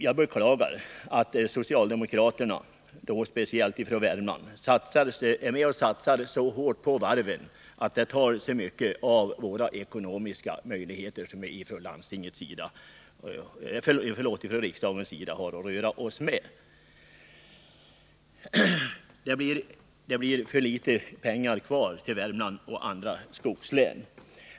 Jag beklagar dock att de socialdemokratiska ledamöterna, framför allt de från Värmland, ställer sig bakom den hårda satsningen på varven, vilken tar alltför mycket i anspråk av de ekonomiska möjligheter som står till riksdagens förfogande. Det blir för litet pengar kvar till Värmland och andra skogslän.